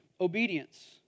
Obedience